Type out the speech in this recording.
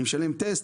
אני משלם טסט,